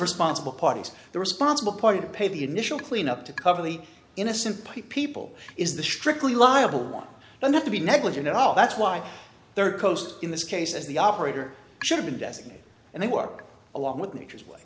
responsible parties the responsible party to pay the initial cleanup to cover the innocent people is the strictly liable one but not to be negligent at all that's why there are coast in this case as the operator should designate and they work along with nature's way